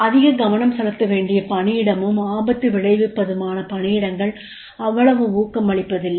அதிக கவனம் செலுத்தவேண்டிய பணியிடமும் ஆபத்து விளைவிப்பதுமான பணியிடங்கள் அவ்வளவு ஊக்கமளிப்பதில்லை